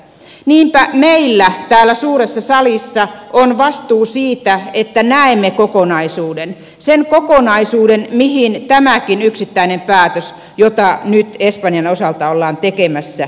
niinpä meillä täällä suuressa salissa on vastuu siitä että näemme kokonaisuuden sen kokonaisuuden mihin tämäkin yksittäinen päätös jota nyt espanjan osalta ollaan tekemässä liittyy